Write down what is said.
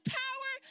power